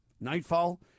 nightfall